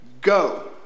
Go